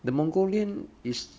the mongolian is